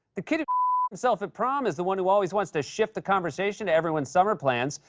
the kid who himself at prom is the one who always wants to shift the conversation to everyone's summer plans.